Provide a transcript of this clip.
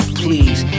please